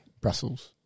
Brussels